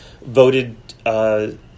voted –